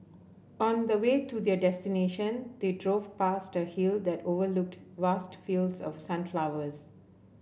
on the way to their destination they drove past a hill that overlooked vast fields of sunflowers